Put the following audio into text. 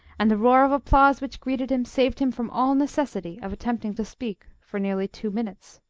and the roar of applause which greeted him saved him from all necessity of attempting to speak for nearly two minutes.